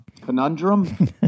conundrum